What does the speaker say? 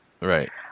Right